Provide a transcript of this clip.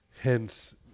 Hence